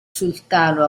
sultano